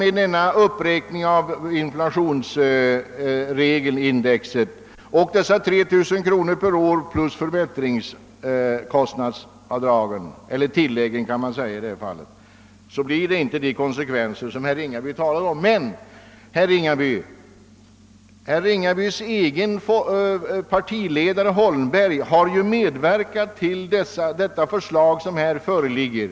Med denna uppräkning av ingångsvärdet enligt index och dessa 3 000 kronor per år plus förbättringskostnadstillägget blir konsekvenserna inte de som herr Ringaby nämnde. Herr Ringabys egen partiledare, herr Holmberg, har medverkat till det förslag som föreligger.